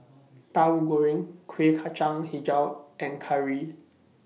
Tahu Goreng Kuih Kacang Hijau and Curry